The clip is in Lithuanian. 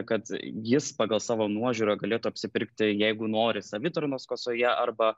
kad jis pagal savo nuožiūrą galėtų apsipirkti jeigu nori savitarnos kasoje arba